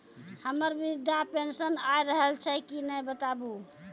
हमर वृद्धा पेंशन आय रहल छै कि नैय बताबू?